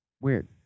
Weird